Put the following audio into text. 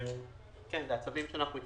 (הארכת תקופת הזכאות למענק סיוע לעצמאי ולשכיר